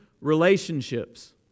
relationships